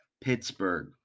Pittsburgh